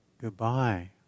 goodbye